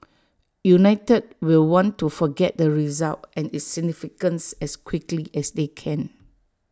united will want to forget the result and its significance as quickly as they can